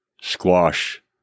squash